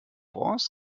wars